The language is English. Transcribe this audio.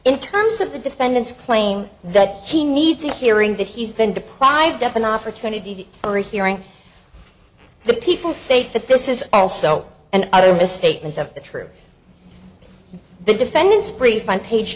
in terms of the defendant's claim that he needs a hearing that he's been deprived of an opportunity or a hearing the people say that this is also an other misstatement of the truth the defendant's brief on page